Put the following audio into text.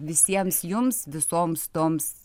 visiems jums visoms toms